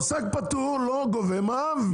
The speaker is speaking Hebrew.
עוסק פטור לא גובה מע"מ.